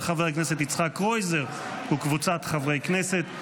של חבר הכנסת יצחק קרויזר וקבוצת חברי הכנסת.